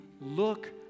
look